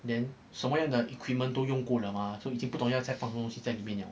then 什么样的 equipment 都用过了嘛 so 已经不懂要放什么东西在里面了